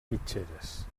mitgeres